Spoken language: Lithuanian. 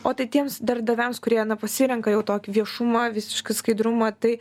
o tai tiems darbdaviams kurie na pasirenka jau tokį viešumą visišką skaidrumą tai